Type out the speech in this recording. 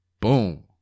Boom